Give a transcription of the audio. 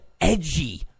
edgy